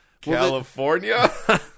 california